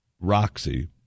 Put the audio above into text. Roxy